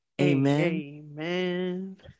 amen